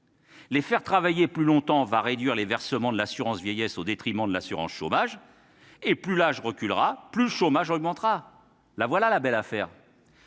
Les faire travailler plus longtemps va réduire les versements de l'assurance vieillesse au détriment de l'assurance chômage et plus l'âge reculera, plus le chômage augmentera. La belle affaire